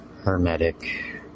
hermetic